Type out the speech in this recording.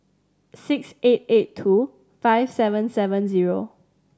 six eight eight two five seven seven zero